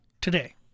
today